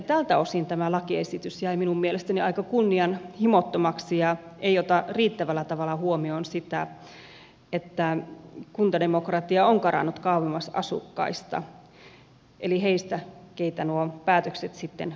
tältä osin tämä lakiesitys jäi minun mielestäni aika kunnianhimottomaksi ja ei ota riittävällä tavalla huomioon sitä että kuntademokratia on karannut kauemmas asukkaista eli heistä keitä nuo päätökset sitten koskevat